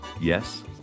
yes